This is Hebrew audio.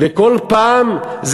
וכל פעם זה